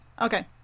Okay